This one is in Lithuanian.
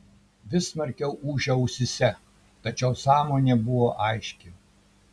vis smarkiau ūžė ausyse tačiau sąmonė buvo aiški